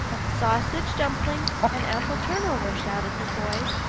sausage dumpling and apple turnover! shouted the boy,